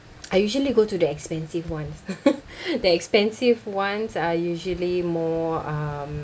I usually go to the expensive ones the expensive ones are usually more um